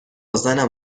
زنم